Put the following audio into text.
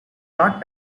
not